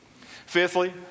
fifthly